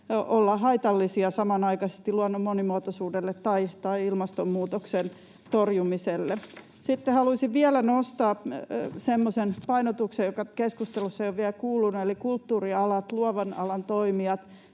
olla samanaikaisesti haitallisia luonnon monimuotoisuudelle tai ilmastonmuutoksen torjumiselle. Sitten haluaisin vielä nostaa semmoisen painotuksen, jota keskustelussa ei ole vielä kuulunut, eli kulttuurialat, luovan alan toimijat.